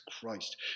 Christ